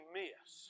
miss